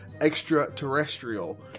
extraterrestrial